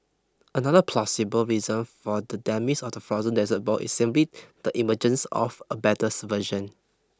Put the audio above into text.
another plausible reason for the demise of the frozen dessert ball is simply the emergence of a better version